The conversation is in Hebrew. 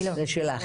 זה שלך.